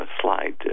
slide